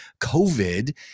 COVID